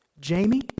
Jamie